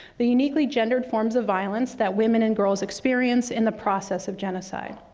the uniquely gendered forms of violence that women and girls experience in the process of genocide.